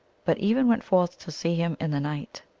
but even went forth to see him in the night.